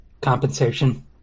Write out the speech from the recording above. compensation